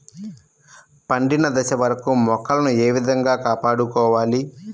పండిన దశ వరకు మొక్కలను ఏ విధంగా కాపాడుకోవాలి?